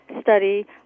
study